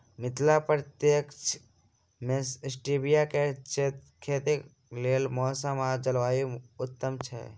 मिथिला प्रक्षेत्र मे स्टीबिया केँ खेतीक लेल मौसम आ जलवायु उत्तम छै?